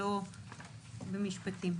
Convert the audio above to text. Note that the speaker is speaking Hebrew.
ולא במשפטים.